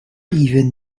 even